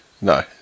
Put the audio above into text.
no